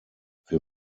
wir